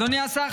אדוני השר,